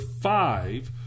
five